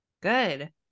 good